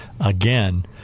again